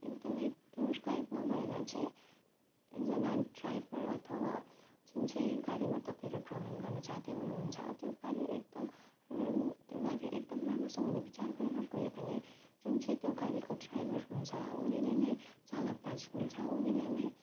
एकदम tour guide नभएर चाहिँ एकजना ड्राइभर अथवा जुन चाहिँ गाडीमा तपाईँहरू भ्रमण गर्न जाँदै हुनु हुन्छ त्यो गाडी एकदम त्यो गाडी एकदम राम्रोसँगले विचार गरेर गयो भने जुन चाहिँ त्यो गाडीको ड्राइभर हुन्छ उनले नै चालक दाजु हुन्छ उनले नै